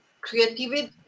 creativity